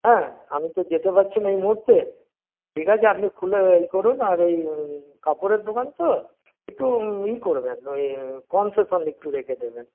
হ্যাঁ আমি তো যেতে পারছি না এই মুহূর্তে ঠিক আছে আপনি খুলে ইয়ে করুন আর ওই কাপড়ের দোকান তো একটু ইয়ে করবেন ওই কনসেশন একটু রেখে দেবেন